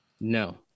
No